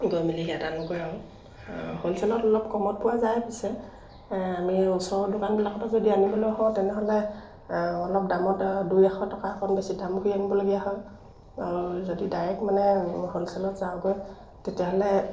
গৈ মেলি সেয়া তাত আনোঁগৈ আৰু হ'লচেলত অলপ কমত পোৱা যায় পিছে আমি ওচৰ দোকানবিলাকৰপৰা যদি আনিবলৈ হওঁ তেনেহ'লে অলপ দামত দুই এশ টকা অকণ বেছি দাম ভৰি আনিবলগীয়া হয় আৰু যদি ডাইৰেক্ট মানে হ'লচেলত যাওঁগৈ তেতিয়াহ'লে